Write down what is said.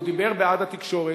הוא דיבר בעד התקשורת.